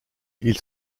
ils